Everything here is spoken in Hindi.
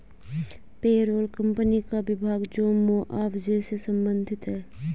पेरोल कंपनी का विभाग जो मुआवजे से संबंधित है